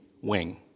wing